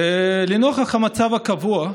לנוכח המצב הקבוע,